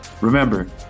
Remember